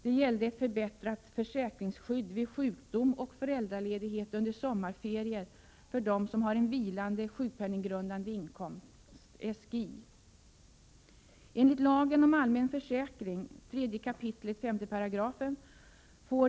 Det gällde ett förbättrat försäkringsskydd vid sjukdom och föräldraledighet under sommarferier för dem som har en vilande sjukpenninggrundande inkomst, SGI.